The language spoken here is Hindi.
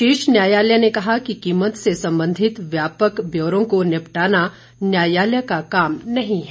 शीर्ष न्यायालय ने कहा कि कीमत से संबंधित व्यापक ब्यौरों को निपटाना न्यायालय का काम नहीं है